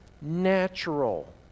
natural